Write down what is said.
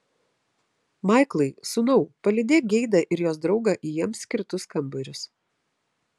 maiklai sūnau palydėk geidą ir jos draugą į jiems skirtus kambarius